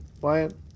Wyatt